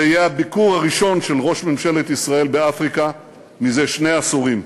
זה יהיה הביקור הראשון של ראש ממשלת ישראל באפריקה מזה שני עשורים.